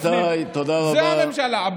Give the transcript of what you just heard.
זאת הממשלה.